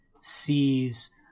sees